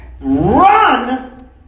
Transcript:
run